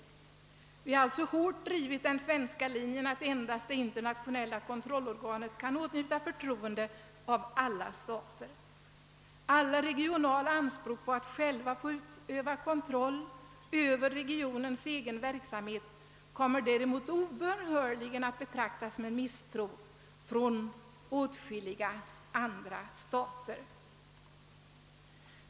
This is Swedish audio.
Vi har alltså hårt drivit den svenska linjen att endast det internationella kontrollorganet kan åtnjuta förtroende bland alla stater. Alla regionala anspråk på att själva få utöva kontroll över regionens egen verksamhet kommer därmed obönhörligen att betraktas med misstro av åtskilliga andra stater.